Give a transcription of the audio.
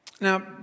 Now